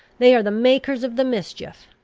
they are the makers of the mischief.